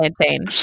plantain